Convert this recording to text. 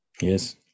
Yes